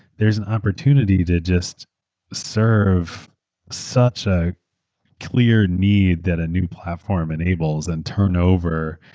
there's an opportunity to just serve such a clear need that a new platform enables, and turnover